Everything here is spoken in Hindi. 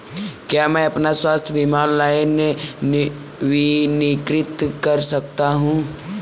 क्या मैं अपना स्वास्थ्य बीमा ऑनलाइन नवीनीकृत कर सकता हूँ?